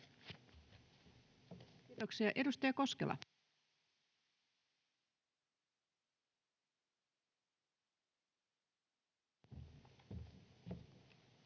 Kiitoksia. — Edustaja Koskela. [Speech